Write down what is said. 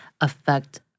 affect